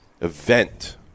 event